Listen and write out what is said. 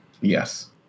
Yes